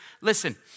Listen